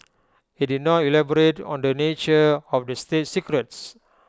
IT did not elaborate on the nature of the state secrets